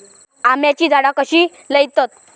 आम्याची झाडा कशी लयतत?